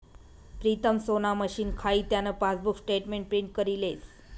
प्रीतम सोना मशीन खाई त्यान पासबुक स्टेटमेंट प्रिंट करी लेस